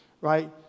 right